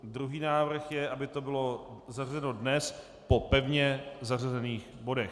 Druhý návrh je, aby to bylo zařazeno dnes po pevně zařazených bodech.